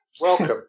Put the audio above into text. Welcome